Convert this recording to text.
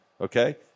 okay